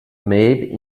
maybe